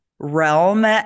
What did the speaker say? realm